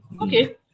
Okay